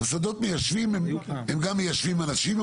מוסדות מיישבים הם גם מיישבים אנשים,